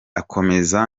akomeza